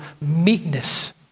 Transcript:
meekness